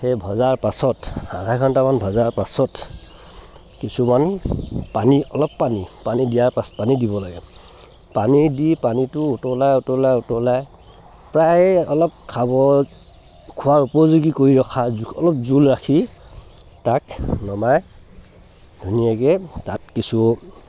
সেই ভজাৰ পাছত আধা ঘণ্টামান ভজাৰ পাছত কিছুমান পানী অলপ পানী পানী দিয়াৰ পাছত পানী দিব লাগে পানীটো দি পানীটো উতলাই উতলাই উতলাই প্ৰায় অলপ খাব খোৱাৰ উপযোগী কৰি ৰখাৰ অলপ জোল ৰাখি তাক নমাই ধুনীয়াকৈ তাত কিছু